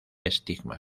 estigma